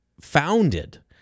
founded